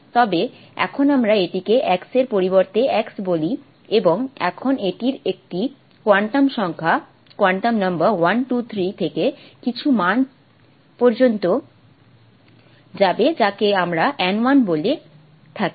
তবে এখন আমরা এটিকে x এর পরিবর্তে X বলি এবং এখন এটির একটি কোয়ান্টাম সংখ্যা 1 2 3 থেকে কিছু মান পর্যন্ত যাবে যাকে আমরা n1 বলে থাকি